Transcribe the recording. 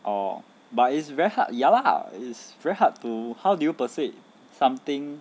oh but it's very hard ya lah it's very hard to how did you persuade something